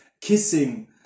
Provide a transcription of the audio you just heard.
kissing